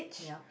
yup